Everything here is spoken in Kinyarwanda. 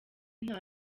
nta